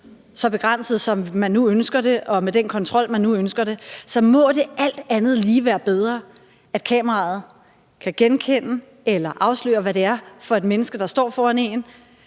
så begrænset, som man nu ønsker det, og med den kontrol, man nu ønsker – må det alt andet lige være bedre at have et kamera, der kan genkende eller afsløre, hvad det er for et menneske, der står foran en,